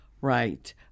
Right